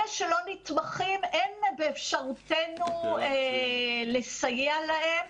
אלה שלא נתמכים אין באפשרותנו לסייע להם.